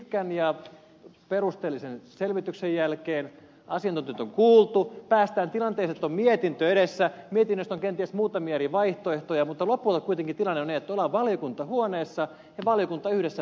pitkän ja perusteellisen selvityksen jälkeen asiantuntijoita on kuultu päästään tilanteeseen että on mietintö edessä mietinnöstä on kenties muutamia eri vaihtoehtoja mutta lopulta kuitenkin tilanne on niin että ollaan valiokuntahuoneessa ja valiokunta yhdessä päättää